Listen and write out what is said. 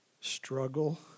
struggle